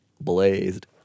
blazed